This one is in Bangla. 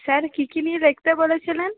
স্যার কি কি নিয়ে লিখতে বলেছিলন